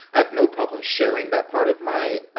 i have no problem sharing that part of my